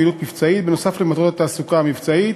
פעילות מבצעית נוסף על מטרות התעסוקה המבצעית,